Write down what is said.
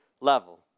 level